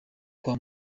kwa